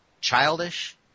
childish